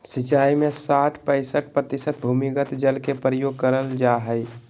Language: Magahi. सिंचाई में साठ पईंसठ प्रतिशत भूमिगत जल के प्रयोग कइल जाय हइ